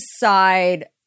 decide